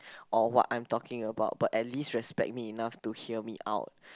or what I'm talking about but at least respect me enough to hear me out